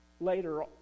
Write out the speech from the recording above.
later